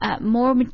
more